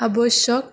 আৱশ্যক